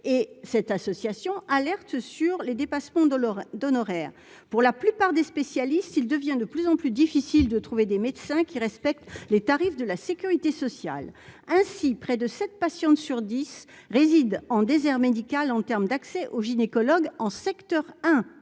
cette association alerte sur les dépassements de leur d'honoraires pour la plupart des spécialistes, il devient de plus en plus difficile de trouver des médecins qui respectent les tarifs de la Sécurité sociale ainsi près de 7 patiente sur 10 réside en désert médical en termes d'accès au gynécologue en secteur 1,